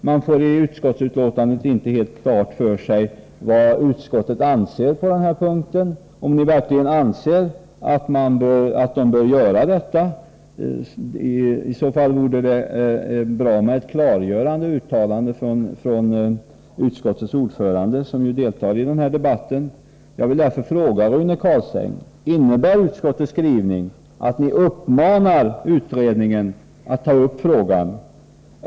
Man får av betänkandet inte helt klart för sig vad utskottet anser. Anser utskottet verkligen att kommittén bör ta upp frågan? I så fall vore det bra med ett klargörande uttalande från utskottets ordförande som ju deltar i den här debatten. Jag vill därför fråga Rune Carlstein: Innebär utskottets skrivning att ni uppmanar kommittén att ta upp frågan?